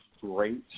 great